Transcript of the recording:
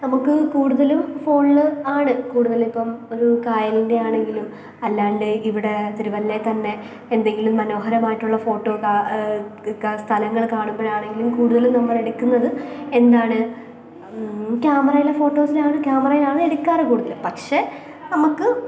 നമുക്ക് കൂടുതലും ഫോണിൽ ആണ് കൂടുതൽ ഇപ്പം ഒരു കായലിന്റെ ആണെങ്കിലും അല്ലാതെ ഇവിടെ തിരുവല്ലയിൽ തന്നെ എന്തെങ്കിലും മനോഹരമായിട്ടുള്ള ഫോട്ടോ സ്ഥലങ്ങൾ കാണുമ്പോഴാണെങ്കിലും കൂടുതൽ നമ്മൾ എടുക്കുന്നത് എന്താണ് ക്യാമറയിലെ ഫോട്ടോസിനാണ് ക്യാമറയിലാണ് എടുക്കാറ് കൂടുതൽ പക്ഷെ നമുക്ക്